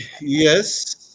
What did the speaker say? Yes